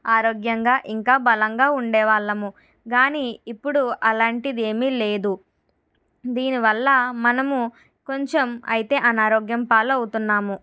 ఆరోగ్యంగా ఇంకా బలంగా ఉండే వాళ్ళము కానీ ఇప్పుడు అలాంటిది ఏమీ లేదు దీనివల్ల మనము కొంచెం అయితే అనారోగ్యం పాలు అవుతున్నాము